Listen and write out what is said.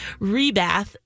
Rebath